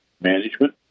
management